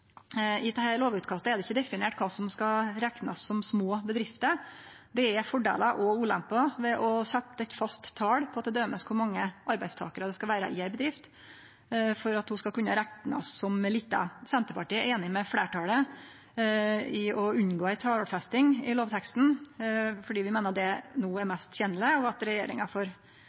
I dette lovutkastet er det ikkje definert kva som skal reknast som små bedrifter. Det er fordelar og ulemper ved å setje eit fast tal på t.d. kor mange arbeidstakarar det skal vere i ei bedrift for at ho skal kunne reknast som lita. Senterpartiet er einig med fleirtalet i at ein bør unngå ei talfesting i lovteksten, fordi vi meiner det no er mest tenleg. Ikkje minst merkar vi oss at